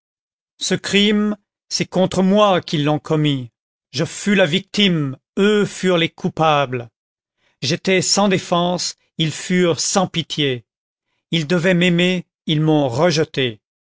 ce crime c'est contre moi qu'ils l'ont commis je fus la victime eux furent les coupables j'étais sans défense ils furent sans pitié ils devaient m'aimer ils m'ont rejeté